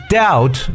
doubt